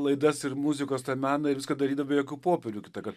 laidas ir muzikos meną ir viską darydavai be jokių popierių kitąkart